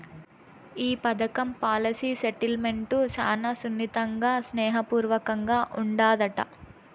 ఈ పదకం policy settlement శానా సున్నితంగా, స్నేహ పూర్వకంగా ఉండాదట